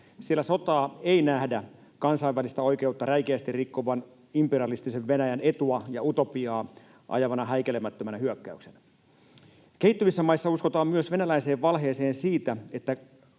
Siellä sotaa ei nähdä kansainvälistä oikeutta räikeästi rikkovan imperialistisen Venäjän etua ja utopiaa ajavana häikäilemättömänä hyökkäyksenä. Kehittyvissä maissa uskotaan myös venäläiseen valheeseen siitä, että